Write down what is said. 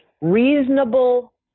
Reasonable